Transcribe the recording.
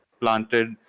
planted